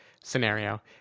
scenario